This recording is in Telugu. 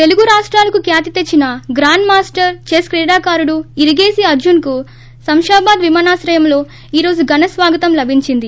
తెలుగు రాష్టాలకు ఖ్యాతి తెచ్చిన గ్రాండ్ మాస్టర్ చెస్ క్రీడాకారుడు ఇరిగేసి అర్ఘన్కు శ్రీంషాబాద్ విమానాశ్రయంలో ఈ రోజు ఘన స్వాగతం లభించింది